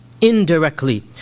indirectly